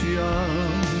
young